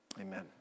amen